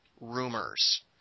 rumors